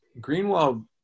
Greenwald